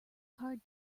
hard